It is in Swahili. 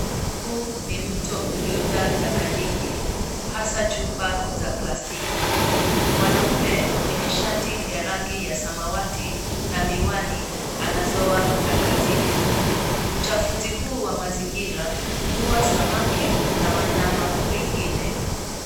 Huu ni mto uliojaa taka nyingi, hasa chupa za plastiki. Mwanaume mwenye shati ya rangi ya samawati na miwani anazoa taka zile. Uchafuzi huu wa mazingira huua samaki na wanyama wengine.